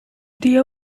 the